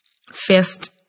First